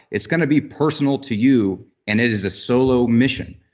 it's going to be personal to you and it is a solo mission.